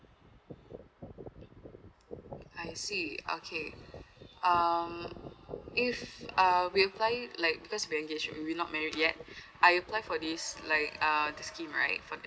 I see okay um if uh we apply it like because we engage we we not married yet I apply for this like uh this scheme right fir that